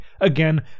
again